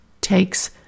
takes